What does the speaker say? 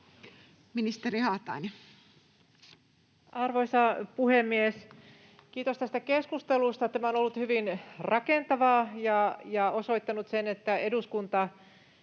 Content: Arvoisa puhemies! Kiitos tästä keskustelusta. Tämä on ollut hyvin rakentavaa ja osoittanut sen, että eduskunnan